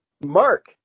Mark